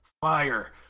fire